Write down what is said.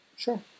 Sure